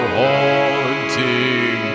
haunting